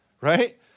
right